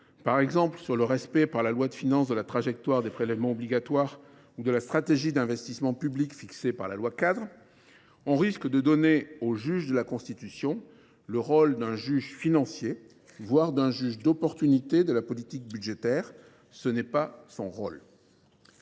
sur le respect par la loi de finances de la trajectoire des prélèvements obligatoires, par exemple, ou de la stratégie d’investissements publics fixées par la loi cadre, nous donnerions au juge de la Constitution le rôle d’un juge financier, voire d’un juge d’opportunité de la politique budgétaire. Ce n’est pas son rôle.